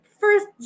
first